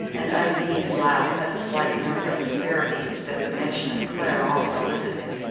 and undine's laugh had the slight note of asperity that the mention of clare always elicited.